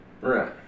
right